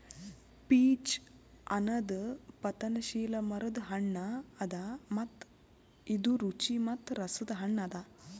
peach ಅನದ್ ಪತನಶೀಲ ಮರದ್ ಹಣ್ಣ ಅದಾ ಮತ್ತ ಇದು ರುಚಿ ಮತ್ತ ರಸದ್ ಹಣ್ಣ ಅದಾ